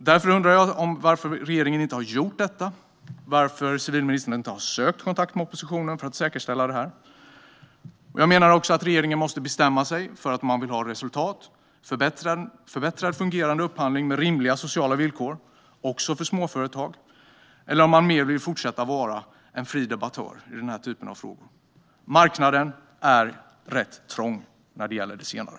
Jag undrar varför regeringen inte har gjort detta och varför civilministern inte har sökt kontakt med oppositionen för att säkerställa detta. Regeringen måste bestämma sig för om den vill ha resultat och en upphandling som fungerar bättre och innehåller rimliga sociala villkor, också för småföretag. Eller vill den fortsätta att vara en fri debattör i dessa frågor? Marknaden är rätt trång vad gäller det senare.